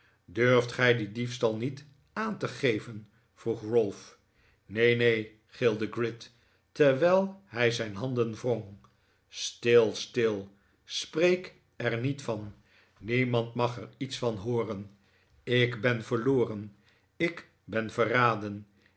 durft gij dien diefstal niet aan te geven vroeg ralph neen neen riep gride terwijl hij zijn handen wrong stil stil spreek er niet van niemand mag er iets van hooren ik ben verloren ik ben verraden